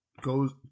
goes